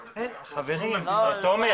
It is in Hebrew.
תומר,